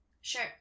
Sure